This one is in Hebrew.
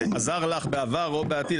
שעזר לך בעבר או בעתיד,